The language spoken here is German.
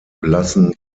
blassen